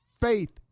faith